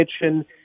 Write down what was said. kitchen